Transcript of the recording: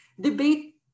Debate